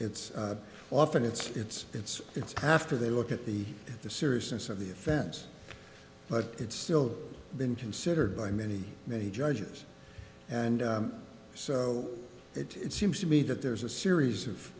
it's often it's it's it's it's after they look at the the seriousness of the offense but it's still been considered by many many judges and so it seems to me that there's a series of